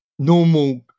normal